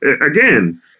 again